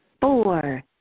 Four